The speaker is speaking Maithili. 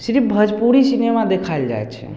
सिर्फ भजपुरी सिनेमा देखायल जाइ छै